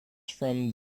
from